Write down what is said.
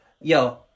Yo